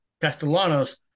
Castellanos